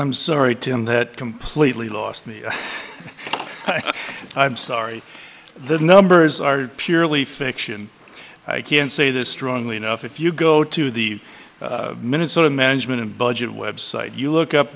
i'm sorry tim that completely lost me i'm sorry the numbers are purely fiction i can say this strongly enough if you go to the minutes sort of management and budget website you look up